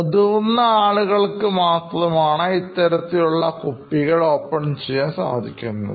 മുതിർന്ന ആളുകൾക്ക് മാത്രമാണ് ഇത്തരത്തിൽ കുപ്പികൾ ഓപ്പൺ ചെയ്യുവാൻ സാധിക്കുന്നത്